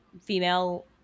female